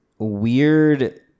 Weird